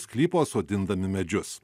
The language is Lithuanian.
sklypo sodindami medžius